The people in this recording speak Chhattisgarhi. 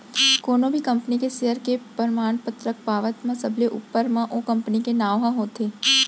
कोनो भी कंपनी के सेयर के परमान पतरक पावत म सबले ऊपर म ओ कंपनी के नांव ह होथे